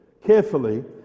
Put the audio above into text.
carefully